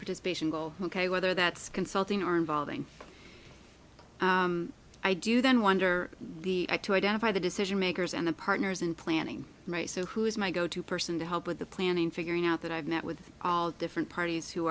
participation ok whether that's consulting or involving i do then wonder i to identify the decision makers and the partners in planning right so who is my go to person to help with the planning figuring out that i've met with all different parties who